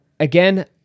Again